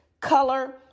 color